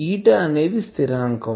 eta అనేది స్థిరాంకం